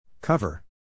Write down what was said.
Cover